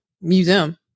museum